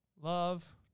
Love